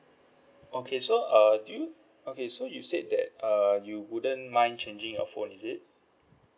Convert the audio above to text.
okay so uh do you okay so you said that uh you wouldn't mind changing your phone is it